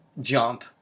jump